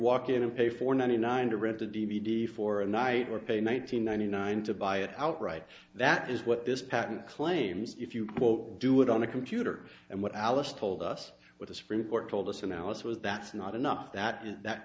walk in and pay for ninety nine to rent a d v d for a night or pay nine hundred ninety nine to buy it outright that is what this patent claims if you will do it on a computer and what alice told us what the supreme court told us analysis was that's not enough that is that